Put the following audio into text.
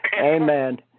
Amen